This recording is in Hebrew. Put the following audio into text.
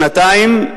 שנתיים,